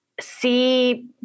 see